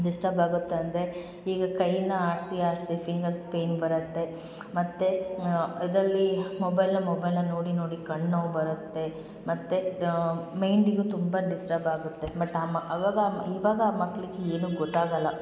disturb ಆಗುತ್ತಂದರೆ ಈಗ ಕೈನ ಆಡಿಸಿ ಆಡಿಸಿ ಫಿಂಗರ್ಸ್ ಪೇಯ್ನ್ ಬರುತ್ತೆ ಮತ್ತು ಇದ್ರಲ್ಲಿ ಮೊಬೈಲ್ನ ಮೊಬೈಲ್ನ ನೋಡಿ ನೋಡಿ ಕಣ್ಣು ನೋವು ಬರುತ್ತೆ ಮತ್ತು ಮೈಂಡಿಗು ತುಂಬ ಡಿಸ್ಟಬ್ ಆಗುತ್ತೆ ಬಟ್ ಆಮ ಆವಾಗ ಈವಾಗ ಆ ಮಕ್ಕಳಿಗೆ ಏನು ಗೊತ್ತಾಗಲ್ಲ